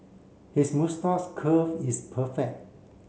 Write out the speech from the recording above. his moustache curl is perfect